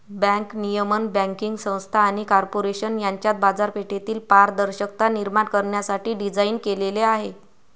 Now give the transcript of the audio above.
bank नियमन banking संस्था आणि कॉर्पोरेशन यांच्यात बाजारपेठेतील पारदर्शकता निर्माण करण्यासाठी डिझाइन केलेले आहे